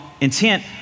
intent